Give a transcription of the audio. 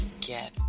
Get